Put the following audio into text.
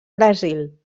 brasil